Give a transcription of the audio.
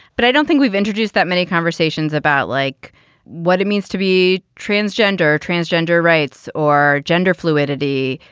but i don't think we've introduced that many conversations about like what it means to be transgender. transgender rights or gender fluidity.